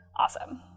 Awesome